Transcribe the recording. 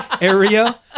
area